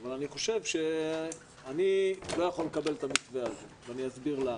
חושב שאני לא יכול לקבל את המתווה הזה ואני אסביר למה.